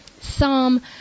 Psalm